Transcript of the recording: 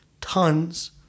tons